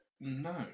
No